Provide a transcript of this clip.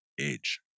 age